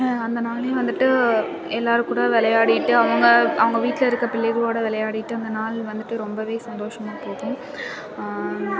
அந்த நாள் வந்துட்டு எல்லோர் கூட வெளையாடிட்டு அவங்க அவங்க வீட்டில் இருக்க பிள்ளைகளோட விளையாடிட்டு அந்த நாள் வந்துட்டு ரொம்ப சந்தோஷமாக போகும்